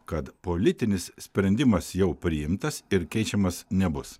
kad politinis sprendimas jau priimtas ir keičiamas nebus